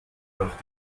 nach